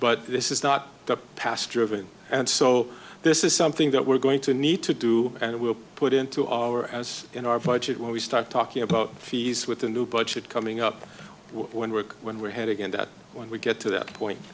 but this is not the past driven and so this is something that we're going to need to do and we'll put into our as in our budget when we start talking about fees with the new budget coming up when work when we head again that when we get to that point